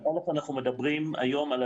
האם אנחנו רואים קורלציה ברורה בין העובדה שאנשים